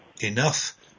enough